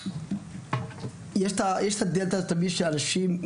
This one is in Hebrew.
יש את הדרך הזאת תמיד שאנשים,